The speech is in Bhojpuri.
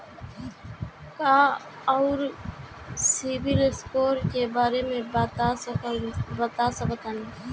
का रउआ सिबिल स्कोर के बारे में बता सकतानी?